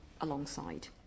alongside